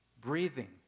breathing